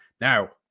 now